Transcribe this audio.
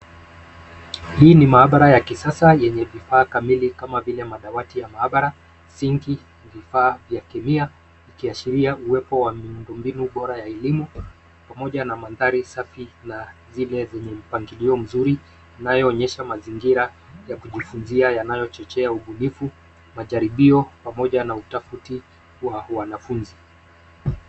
Hii ni maabara ya kisasa yenye vifaa kamili kama vile madawati ya maabara, sinki, vifaa vya kemia vikiashiria uwepo wa miundu mbinu bora ya elimu pamoja na mandhari safi na zile zenye mpangilio mzuri inaonyesha mazingira ya kujifunzia yanayo chochea ubunifu, majaribio pamoja na utafiti wa wanafunzi.